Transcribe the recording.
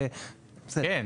לשנות את ההתאמה --- כן.